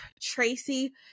Tracy